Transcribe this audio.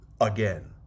again